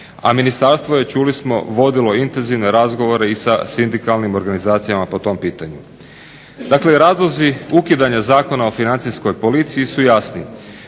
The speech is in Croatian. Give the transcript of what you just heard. A ministarstvo je čuli smo vodilo intenzivne razgovore i sa sindikalnim organizacijama po tom pitanju. Dakle, razlozi ukidanja Zakona o Financijskoj policiji su jasni